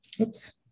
Oops